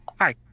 Hi